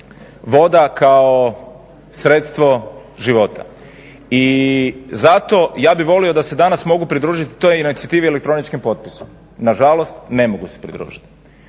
voda kao sredstvo života. I zato ja bih volio da se danas mogu pridružiti toj inicijativi elektroničkim potpisom, nažalost ne mogu se pridružiti.